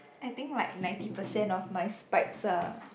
I think like ninety percent of my spike are